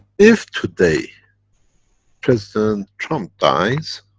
if today president trump dies